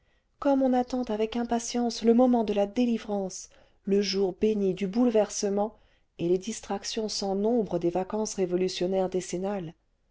comme on attend avec impatience le moment de la délivrance le jour béni du bouleversement et les distractions sans nombre des vacances révolutionnaires